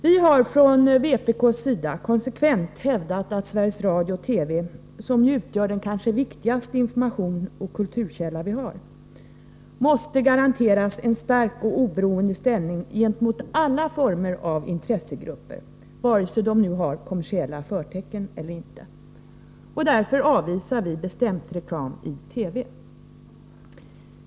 Vi har från vpk:s sida konsekvent hävdat att Sveriges Radio/TV, som ju utgör den kanske viktigaste informationsoch kulturkälla vi har, måste garanteras en stark och oberoende ställning gentemot alla former av intressegrupper, vare sig de har kommersiella förtecken eller inte. Därför avvisar vi bestämt reklam i TV.